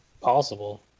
possible